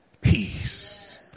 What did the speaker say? peace